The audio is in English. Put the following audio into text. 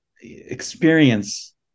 experience